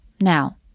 Now